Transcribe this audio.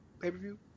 pay-per-view